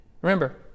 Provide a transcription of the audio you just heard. Remember